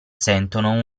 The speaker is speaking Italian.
sentono